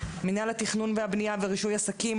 מינהל התכנון והבנייה ורישוי עסקים,